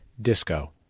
disco